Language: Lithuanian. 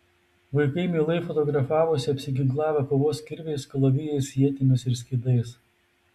vaikai mielai fotografavosi apsiginklavę kovos kirviais kalavijais ietimis ir skydais